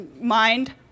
mind